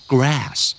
Grass